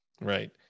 right